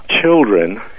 Children